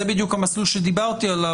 זה בדיוק המסלול שדיברתי עליו,